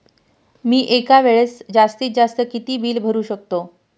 मी एका वेळेस जास्तीत जास्त किती बिल भरू शकतो?